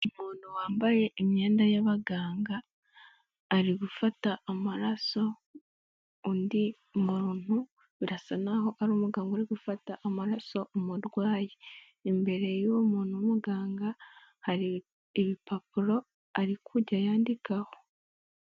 Umuntu wambaye imyenda y'abaganga ari gufata amaraso undi muntu birasa naho ari umuganga uri gufata amaraso umurwayi, imbere y'uwo muntu w'umuganga hari ibipapuro ari kujya yandikaho.